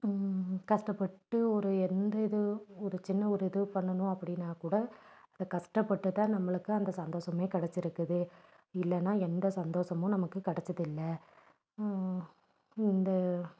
கஷ்டப்பட்டு ஒரு எந்த இது ஒரு சின்ன ஒரு இது பண்ணணும் அப்படின்னா கூட அது கஷ்டப்பட்டு தான் நம்மளுக்கு அந்த சந்தோஷமே கிடச்சிருக்குது இல்லைன்னா எந்த சந்தோஷமும் நமக்கு கிடச்சதில்ல இந்த